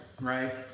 Right